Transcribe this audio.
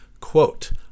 quote